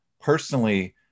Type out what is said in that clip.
personally